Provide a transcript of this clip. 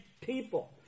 people